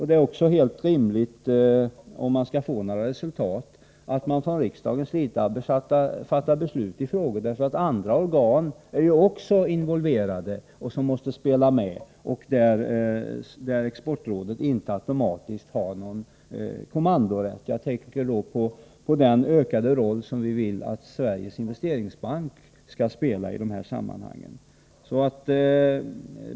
Det är också rimligt, om man skall få några resultat, att riksdagen fattar beslut i frågor, därför att andra organ också är involverade och måste spela med i frågor där Exportrådet inte automatiskt har någon kommandorätt. Jag tänker på den ökade roll som vi vill att Sveriges Investeringsbank skall spela i dessa sammanhang.